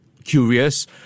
curious